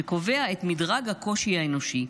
שקובע את מדרג הקושי האנושי,